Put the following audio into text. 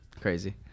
Crazy